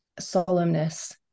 solemnness